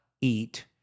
eat